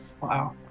Wow